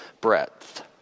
breadth